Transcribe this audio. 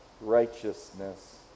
Righteousness